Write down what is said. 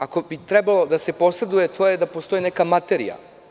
Ako bi trebalo da se posreduje to je da postoji neka materija.